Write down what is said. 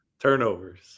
Turnovers